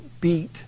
beat